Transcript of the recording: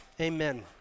Amen